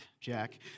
Jack